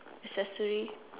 accessory